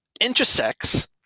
intersects